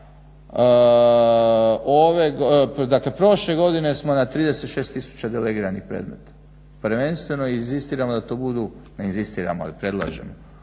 reći, prošle godine smo na 36 tisuća delegiranih predmeta, prvenstveno inzistiramo da to budu, ne inzistiramo ali predlažemo